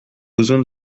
besoins